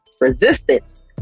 resistance